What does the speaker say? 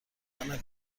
دادن